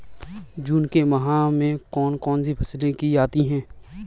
जून के माह में कौन कौन सी फसलें की जाती हैं?